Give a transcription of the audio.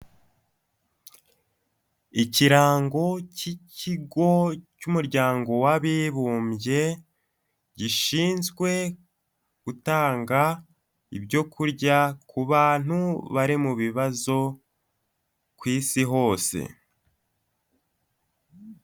Ikirango cy'ikigo cy'umuryango w'abibumbye gishinzwe gutanga ibyo kurya ku bantu bari mu bibazo ku isi hose.